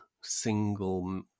single